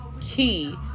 key